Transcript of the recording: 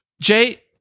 Jay